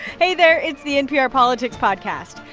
hey there, it's the npr politics podcast.